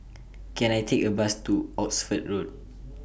Can I Take A Bus to Oxford Road